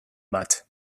bat